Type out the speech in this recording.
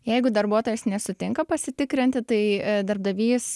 jeigu darbuotojas nesutinka pasitikrinti tai darbdavys